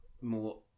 more